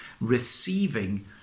receiving